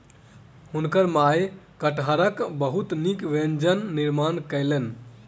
हुनकर माई कटहरक बहुत नीक व्यंजन निर्माण कयलैन